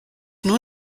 nur